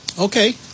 Okay